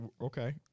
Okay